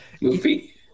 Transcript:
movie